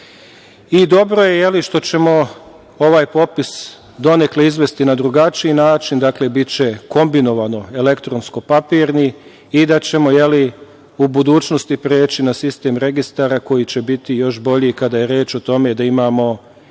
je, je li, što ćemo ovaj popis donekle izvesti, ali na drugačiji način, dakle, biće kombinovan, elektronsko papirni, i da ćemo u budućnosti preći na sistem registara koji će biti još bolji, kada je reč o tome da imamo, ne